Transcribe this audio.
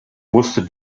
musste